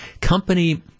company